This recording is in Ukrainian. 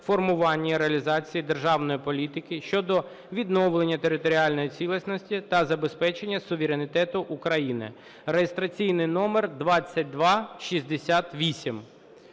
формування і реалізації державної політики щодо відновлення територіальної цілісності та забезпечення суверенітету України (реєстраційний номер 2268).